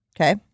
Okay